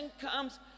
comes